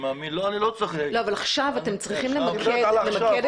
עכשיו אתם צריכים למקד